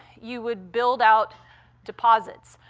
you would build out deposits,